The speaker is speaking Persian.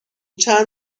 چند